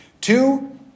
Two